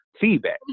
feedback